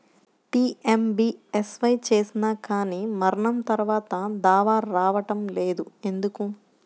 PMBSY చేసినా కానీ మరణం తర్వాత దావా రావటం లేదు ఎందుకు?